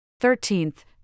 Thirteenth